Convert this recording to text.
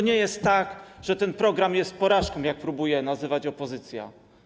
Nie jest tak, że ten program jest porażką, jak próbuje to nazywać opozycja.